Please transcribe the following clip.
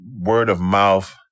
word-of-mouth